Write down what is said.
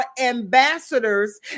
ambassadors